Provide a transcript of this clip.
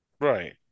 Right